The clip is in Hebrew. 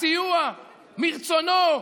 סיוע מרצונו,